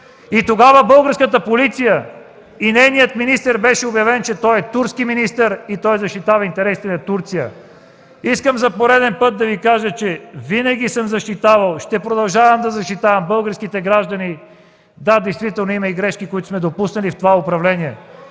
Тогава българската полиция и нейният министър беше обявен, че е турски министър и защитава интересите на Турция. Искам за пореден път да Ви кажа, че винаги съм защитавал и ще продължавам да защитавам българските граждани. Да, действително има и грешки, които сме допуснали в това управление